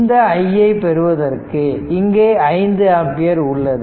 இந்த i யை பெறுவதற்கு இங்கே 5 ஆம்பியர் உள்ளது